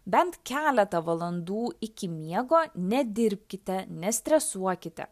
bent keletą valandų iki miego nedirbkite nestresuokite